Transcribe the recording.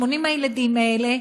80 הילדים האלה,